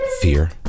fear